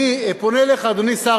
אני פונה אליך, אדוני שר